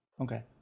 Okay